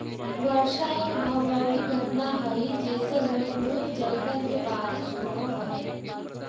वर्षा एक भौगोलिक घटना हई जेसे घनीभूत जलकण के बारिश होवऽ हई